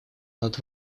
над